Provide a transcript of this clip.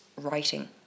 writing